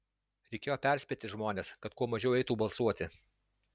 reikėjo perspėti žmones kad kuo mažiau eitų balsuoti